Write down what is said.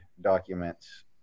documents